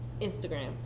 instagram